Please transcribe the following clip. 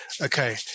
okay